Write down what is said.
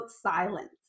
silence